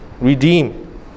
redeem